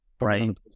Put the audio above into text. Right